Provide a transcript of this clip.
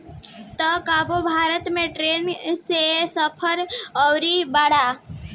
तू कबो भारत में ट्रैन से सफर कयिउल बाड़